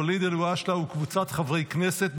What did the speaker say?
ואליד אלהואשלה וקבוצת חברי הכנסת,